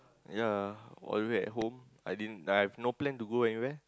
ya all the way at home I didn't I have no plan to go anywhere